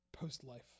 post-life